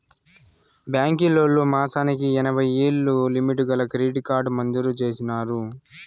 బాంకీలోల్లు మాసానికి ఎనభైయ్యేలు లిమిటు గల క్రెడిట్ కార్డు మంజూరు చేసినారు